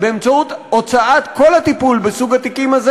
באמצעות הוצאת כל הטיפול בסוג התיקים הזה